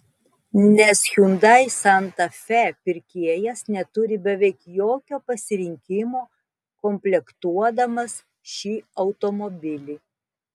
nes hyundai santa fe pirkėjas neturi beveik jokio pasirinkimo komplektuodamas šį automobilį